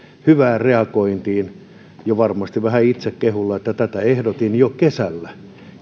hyvästä reagoinnista varmasti jo vähän itsekehulla että tätä ehdotin jo kesällä